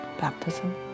baptism